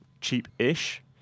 cheap-ish